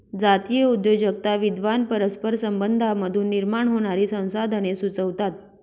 जातीय उद्योजकता विद्वान परस्पर संबंधांमधून निर्माण होणारी संसाधने सुचवतात